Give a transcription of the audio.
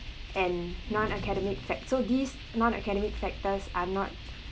and non academic fac~ so these non academic factors are not